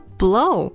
blow 。